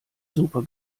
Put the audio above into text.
super